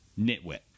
Nitwit